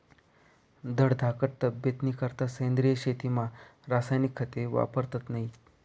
धडधाकट तब्येतनीकरता सेंद्रिय शेतीमा रासायनिक खते वापरतत नैत